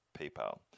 PayPal